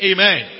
Amen